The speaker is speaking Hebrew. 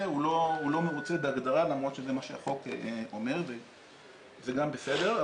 הוא לא מרוצה בהגדרה למרות שזה מה שהחוק אומר וזה גם בסדר,